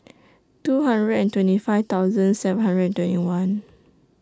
two hundred and twenty five thousand seven hundred and twenty one